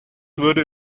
wurde